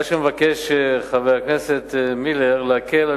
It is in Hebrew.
מה שמבקש חבר הכנסת מילר זה להקל על